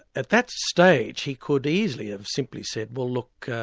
at that stage, he could easily have simply said, well look,